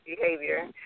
behavior